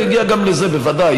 אני אגיע גם לזה, בוודאי.